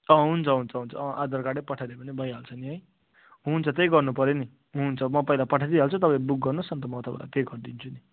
अँ हुन्छ हुन्छ हुन्छ अँ आधार कार्डै पठाइदियो भने भइहाल्छ नि है हुन्छ त्यही गर्नुपऱ्यो नि हुन्छ म पहिला पठाइदिई हाल्छु तपाईँ बुक गर्नुहोस् अन्त म तपाईँलाई पे गरिदिन्छु नि